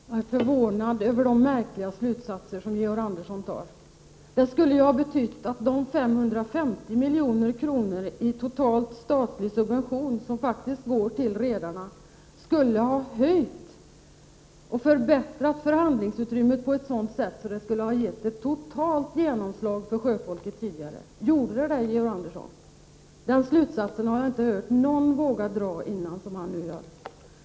Herr talman! Jag är förvånad över de märkliga slutsatser Georg Andersson drar. Det skulle ha betytt att de totalt 550 milj.kr. i statlig subvention som går till redarna skulle ha förbättrat förhandlingsutrymmet på ett sådant sätt att det skulle ha gett ett totalt genomslag för sjöfolket tidigare. Gjorde det det? Den slutsatsen har jag inte hört någon våga dra tidigare.